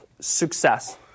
success